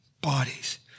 bodies